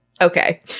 okay